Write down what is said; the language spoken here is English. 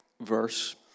verse